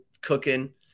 cooking